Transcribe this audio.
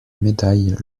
médaille